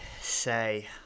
say